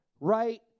right